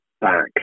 back